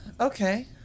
Okay